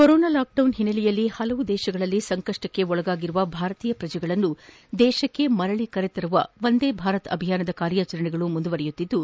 corona lockdown ಹಿನ್ನೆಲೆಯಲ್ಲಿ ಹಲವು ದೇಶಗಳಲ್ಲಿ ಸಂಕಷ್ಸಕ್ಕೆ ಒಳಗಾಗಿರುವ ಭಾರತೀಯ ಪ್ರಜೆಗಳನ್ನು ದೇಶಕ್ಕೆ ಕರೆತರುವ ವಂದೇ ಭಾರತ್ ಅಭಿಯಾನದ ಕಾರ್ಯಾಚರಣೆಗಳು ಮುಂದುವರೆದಿದ್ದು